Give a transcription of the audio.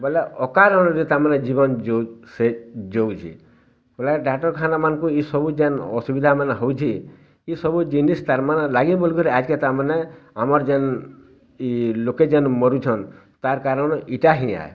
ବୋଇଲେ ଅକାରଣରେ ତା'ମାନେ ଜୀବନ ଯେଉଁ ସେ ଯୋଉଛି ବୋଲେ ଡାକ୍ଟରଖାନା ମାନଙ୍କୁ ଏସବୁ ଯେନ୍ ଅସୁବିଧାମାନ ହେଉଛି ଏସବୁ ଜିନିଷ୍ଟା ତା'ର୍ ମାନେ ଆଜ୍କା ତା'ମାନେ ଆମର୍ ଯେନ୍ ଇ ଲୋକେ ଯେନ୍ ମରୁଛନ୍ ତା'ର କାରଣ ଇଟା ଇହାଁ